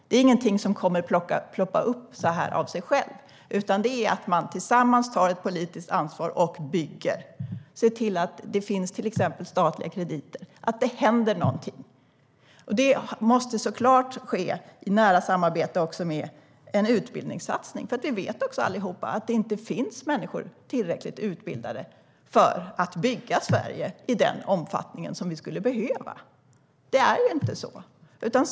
Det är ingenting som kommer att ploppa upp av sig självt, utan det gäller att vi tillsammans tar ett politiskt ansvar och ser till att det byggs, att det finns till exempel statliga krediter - att det händer någonting. Det måste såklart också ske i nära samarbete med en utbildningssatsning, för vi vet alla att det finns människor som inte har tillräcklig utbildning för att kunna bygga Sverige i den omfattning som skulle behövas.